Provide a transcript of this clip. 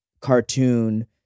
cartoon